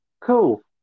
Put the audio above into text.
cool